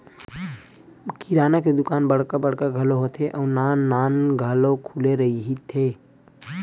किराना के दुकान बड़का बड़का घलो होथे अउ नान नान घलो खुले रहिथे